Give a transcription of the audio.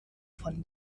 von